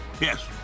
Yes